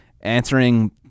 answering